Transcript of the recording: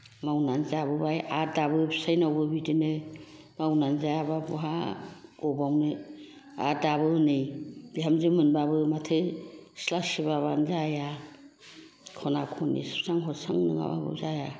मावनानै जाबोबाय आरो दाबो फिसायनावबो बिदिनो मावना जायाबा बहा गबावनो आरो दाबो हनै बिहामजो मोनबाबो माथो सिथ्ला सिबाबानो जाया खना खनि सुस्रां हस्रां नङाबाबो जाया